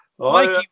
Mikey